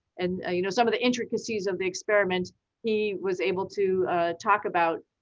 and ah you know some of the intricacies of the experiments he was able to talk about